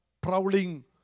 prowling